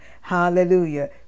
hallelujah